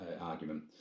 argument